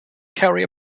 carry